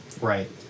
Right